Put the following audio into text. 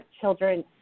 Children